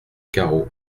carreaux